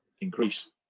increase